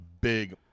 big